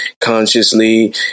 consciously